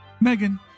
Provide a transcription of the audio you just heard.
Megan